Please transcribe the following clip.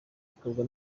bikorwa